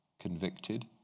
convicted